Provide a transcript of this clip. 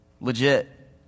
legit